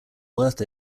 worth